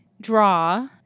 draw